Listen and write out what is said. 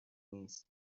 نیست